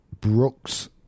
Brooks